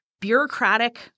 bureaucratic